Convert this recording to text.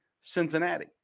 Cincinnati